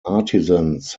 artisans